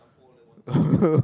oh